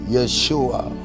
Yeshua